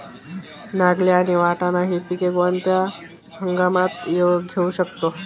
नागली आणि वाटाणा हि पिके कोणत्या हंगामात घेऊ शकतो?